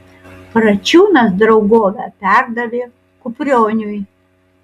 račiūnas draugovę perdavė kuprioniui